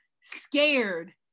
scared